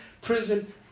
prison